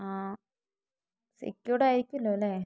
ആ സെക്യൂർഡ് ആയിരിക്കൂമല്ലോ അല്ലേ